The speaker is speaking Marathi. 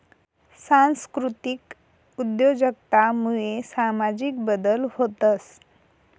सांस्कृतिक उद्योजकता मुये सामाजिक बदल व्हतंस